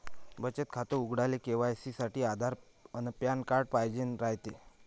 बचत खातं उघडाले के.वाय.सी साठी आधार अन पॅन कार्ड पाइजेन रायते